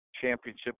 championship